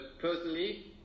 personally